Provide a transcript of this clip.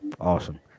Awesome